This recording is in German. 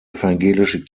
evangelische